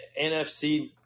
nfc